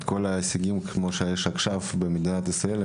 את כל ההישגים שיש למדינת ישראל.